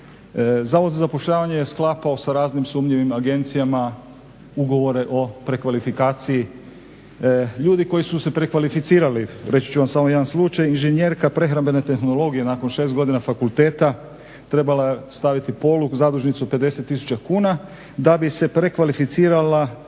zavod za zapošljavanje je sklapao sa raznim sumnjivim agencijama ugovore o prekvalifikaciji. Ljudi koji su se prekvalificirali, reći ću vam samo jedan slučaj, inženjerka prehrambene tehnologije nakon 6 godina fakulteta trebala je staviti polog, zadužnicu 50 tisuća kuna da bi se prekvalificirala